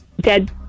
Dead